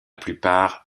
plupart